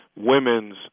women's